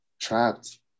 trapped